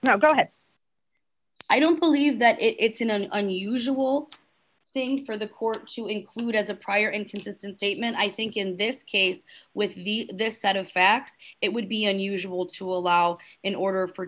now go ahead i don't believe that it's in an unusual thing for the court to include as a prior inconsistent statement i think in this case with the this set of facts it would be unusual to allow an order